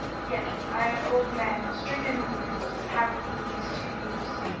yes i am an old man, stricken in years, and have with me these two youths,